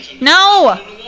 No